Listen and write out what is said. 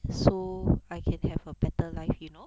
so I can have a better life you know